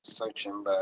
Searching